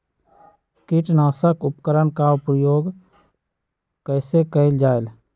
किटनाशक उपकरन का प्रयोग कइसे कियल जाल?